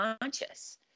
conscious